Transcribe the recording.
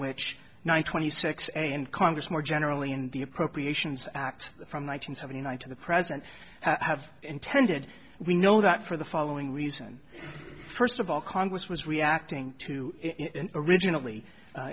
which nine twenty six and congress more generally in the appropriations act from one thousand seven hundred to the present have intended we know that for the following reason first of all congress was reacting to originally